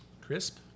Crisp